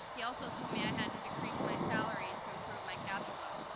he also told me i had to decrease my salary to improve my cash flow.